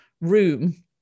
room